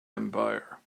empire